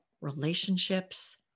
relationships